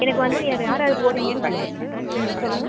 எனக்கு வந்து வேறு யார் யார் போகிறீங்கன்னு ம் சொல்லுங்கள்